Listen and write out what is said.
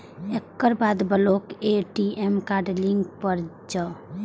एकर बाद block ATM card link पर जाउ